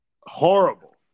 Horrible